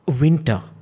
winter